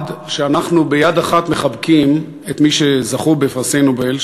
ביד אחת אנחנו מחבקים את מי שזכו בפרסי נובל,